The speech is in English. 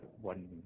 one